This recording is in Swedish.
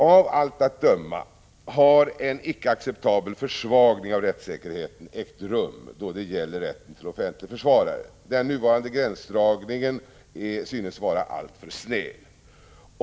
Av allt att döma har en icke acceptabel försvagning av rättssäkerheten ägt rum då det gäller rätten till offentlig försvarare. Den nuvarande gränsdragningen synes vara alltför snäv.